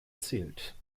zählt